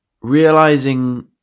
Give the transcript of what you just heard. realizing